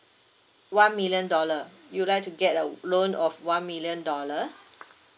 one million dollar you'd like to get a loan of one million dollar